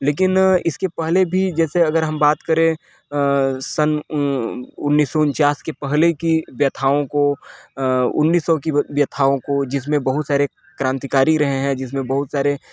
लेकिन इसके पहले भी जैसे अगर हम बात करें अ सन उन्नीस सौ उन्चास के पहले की व्यथाओं को अ उन्नीस सौ की व्यथाओं को जिसमें बहुत सारे क्रांतिकारी रहे हैं जिसमें बहुत सारे